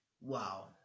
Wow